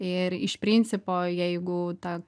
ir iš principo jeigu ta